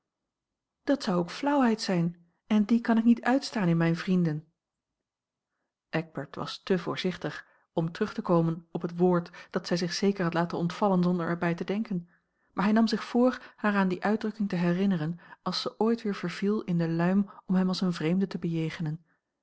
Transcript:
dat zou ook flauwheid zijn en die kan ik niet uitstaan in mijne vrienden eckbert was te voorzichtig om terug te komen op het woord dat zij zich zeker had laten ontvallen zonder er bij te denken maar hij nam zich voor haar aan die uitdrukking te herinneren als zij ooit weer verviel in de luim om hem als een vreemde te bejegenen